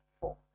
four